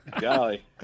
golly